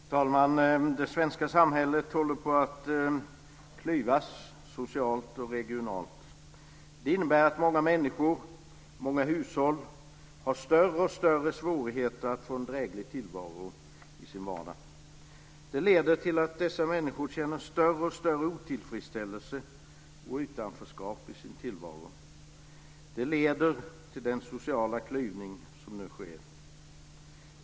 Fru talman! Det svenska samhället håller på att klyvas socialt och regionalt. Det innebär att många människor och många hushåll får större och större svårigheter att få en dräglig tillvaro i sin vardag. Det leder till att dessa människor känner större och större otillfredsställelse och utanförskap i sin tillvaro. Det leder till den sociala klyvning som nu sker.